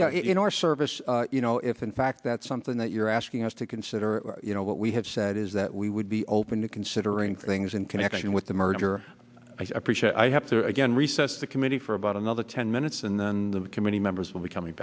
know our service you know if in fact that's something that you're asking us to consider you know what we have said is that we would be open to considering things in connection with the merger i appreciate i have to again recess the committee for about another ten minutes and then the committee members will be coming